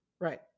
Right